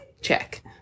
Check